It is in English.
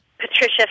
Patricia